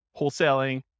wholesaling